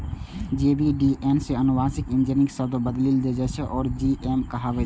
जे जीव के डी.एन.ए कें आनुवांशिक इंजीनियरिंग सं बदलि देल जाइ छै, ओ जी.एम कहाबै छै